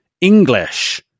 English